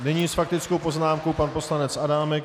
A nyní s faktickou poznámkou pan poslanec Adámek.